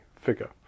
figure